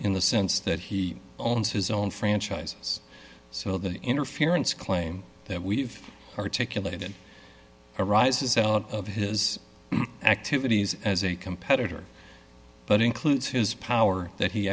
in the sense that he owns his own franchise so the interference claim that we've articulated arises out of his activities as a competitor but includes his power that he